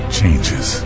changes